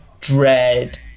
dread